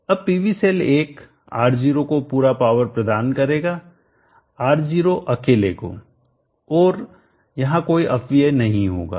अब PV cell 1 R0 को पूरा पावर प्रदान करेगा R0 अकेले को और यहाँ कोई अपव्यय नहीं होगा